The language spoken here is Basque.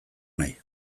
nahi